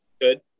good